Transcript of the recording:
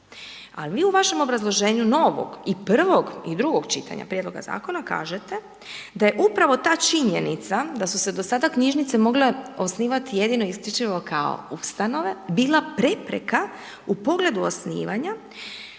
ali vi u vašem obrazloženju novog i prvog i drugog čitanja prijedloga zakona kažete da je upravo ta činjenica da su se do sada knjižnice mogle osnivati jedino i isključivo kao ustanove, bila prepreka u pogledu osnivanja